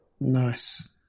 Nice